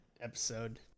episode